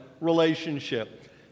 relationship